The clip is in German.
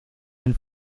den